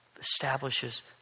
establishes